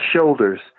shoulders